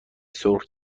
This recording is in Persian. سرخ